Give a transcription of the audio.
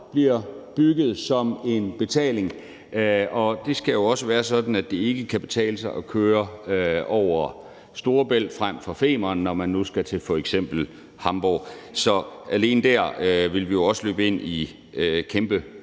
bliver opbygget som en betalingsforbindelse, og det skal også være sådan, at det ikke kan betale sig at køre over Storebælt frem for Femern, når man nu skal til f.eks. Hamborg. Så alene der vil vi jo også løbe ind i kæmpe